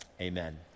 Amen